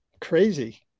crazy